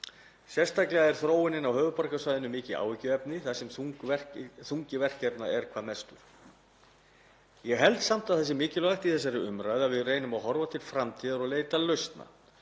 Sérstaklega er þróunin á höfuðborgarsvæðinu mikið áhyggjuefni þar sem þungi verkefna er hvað mestur. Ég held samt að það sé mikilvægt í þessari umræðu að við reynum að horfa til framtíðar og leita lausna